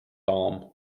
arm